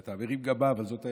אתה מרים גבה, אבל זאת האמת,